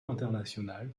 international